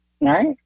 Right